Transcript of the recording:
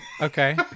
Okay